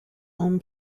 own